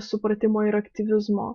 supratimo ir aktyvizmo